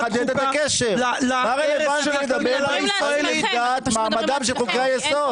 חוקה להרס- -- מעמדם של חוקי היסוד.